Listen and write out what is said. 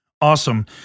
Awesome